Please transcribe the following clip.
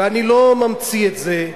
ואני לא ממציא את זה,